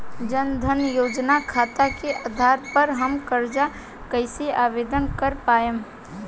जन धन योजना खाता के आधार पर हम कर्जा कईसे आवेदन कर पाएम?